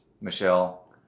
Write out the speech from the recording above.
michelle